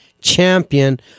champion